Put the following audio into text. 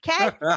okay